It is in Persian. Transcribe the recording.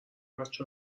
بچه